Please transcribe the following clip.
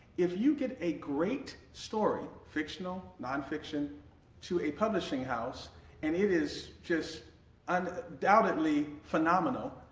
if you get a great story fictional, non-fiction to a publishing house and it is just um undoubtedly phenomenal,